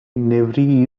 newry